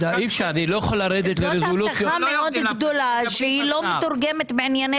הבטחה מאוד גדולה שהיא לא מתורגמת בענייני תקציב.